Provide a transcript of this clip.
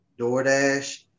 DoorDash